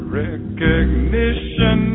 recognition